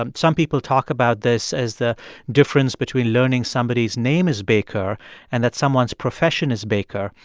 um some people talk about this as the difference between learning somebody's name is baker and that's someone's profession is baker.